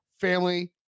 family